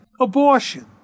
Abortion